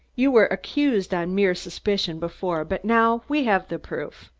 you were accused on mere suspicion before, but now we have the proof.